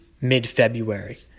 mid-February